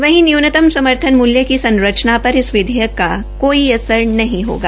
वहीं न्यूनतम समर्थन मुल्रू की संरचना पर इस विधेयक का कोई असर नहीं होगा